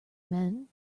men